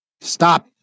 Stop